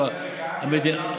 באמריקה,